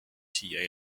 siia